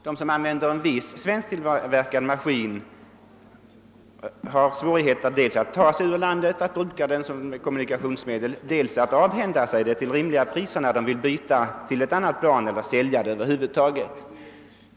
De som nu använder denna svensktillverkade flygmaskin har dels svårigheter att föra den ur landet vid utlandsresor, dels svårigheter att avhända sig den till rimligt pris när de vill byta till annat plan eller eljest sälja den.